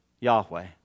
Yahweh